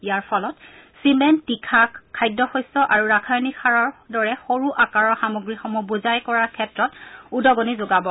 ইয়াৰ ফলত চিমেণ্ট তীখা খাদ্যশস্য আৰু ৰাসায়নিক সাৰৰ দৰে সৰু আকাৰৰ সামগ্ৰীসমূহ বোজাই কৰাৰ ক্ষেত্ৰত উদগণি যোগাব